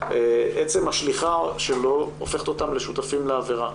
עצם השליחה שלו הופכת אותם לשותפים לעבירה